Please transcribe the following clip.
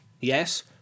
Yes